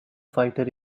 fighter